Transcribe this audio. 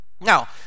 Now